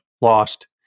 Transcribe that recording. lost